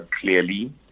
clearly